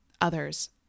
others